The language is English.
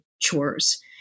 chores